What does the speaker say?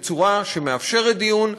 בצורה שמאפשרת דיון,